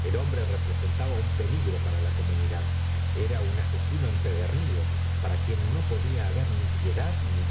el hombre representaba un peligro para la comunidad era un asesino empedernido para quien no podía haber ni piedad ni